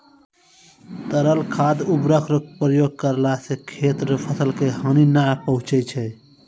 तरल खाद उर्वरक रो प्रयोग करला से खेत रो फसल के हानी नै पहुँचय छै